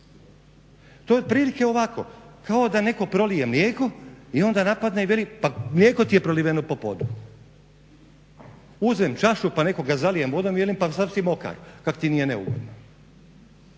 To je otprilike ovako, kado da netko prolije mlijeko i onda napadne i veli pa mlijeko ti je proliveno po podu. Uzmem čašu, nekoga zalijem vodom i velim pa sav si mokar, kak ti nije neugodno.